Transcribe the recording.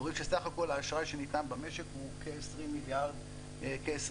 אנחנו רואים שסך הכול האשראי שניתן במשק הוא כ-20 מיליארד שקלים.